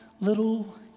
little